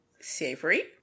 savory